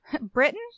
Britain